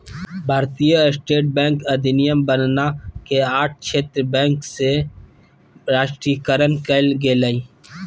भारतीय state bank अधिनियम बनना के आठ क्षेत्र बैंक के राष्ट्रीयकरण कइल गेलय